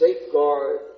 safeguard